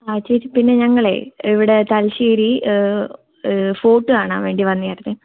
ആ ചേച്ചി പിന്നെ ഞങ്ങളുടെ ഇവിടെ തലശ്ശേരി ഫോർട്ട് കാണാൻ വേണ്ടി വന്നതാണെ